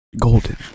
Golden